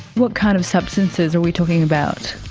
what kind of substances are we talking about?